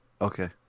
Okay